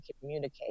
communicate